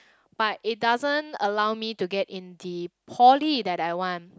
but it doesn't allowed me to get in the poly that I want